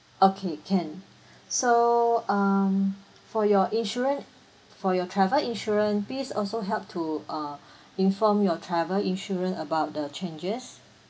okay can so um for your insurance for your travel insurance please also help to uh inform your travel insurance about the changes